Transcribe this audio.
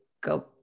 go